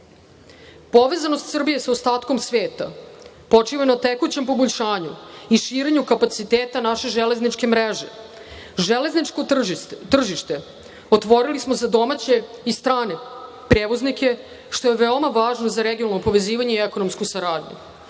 praksu. Povezanost Srbije sa ostatkom sveta počiva na tekućem poboljšanju i širenju kapaciteta naše železničke mreže. Železničko tržište otvorili smo za domaće i strane prevoznike, što je veoma važno za regionalno povezivanje i ekonomsku saradnju.